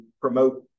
promote